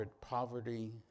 poverty